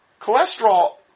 Cholesterol